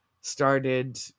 started